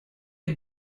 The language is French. est